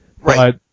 Right